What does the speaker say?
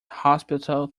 hospital